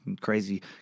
Crazy